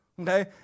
Okay